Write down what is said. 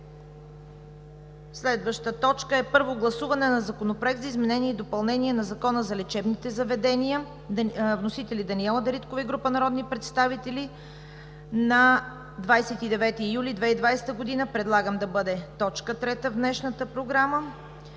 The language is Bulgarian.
днешната Програма. Първо гласуване на Законопроект за изменение и допълнение на Закона за лечебните заведения. Вносители: Даниела Дариткова и група народни представители, 29 юли 2020 г. – точка трета в днешната Програма.